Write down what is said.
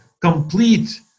complete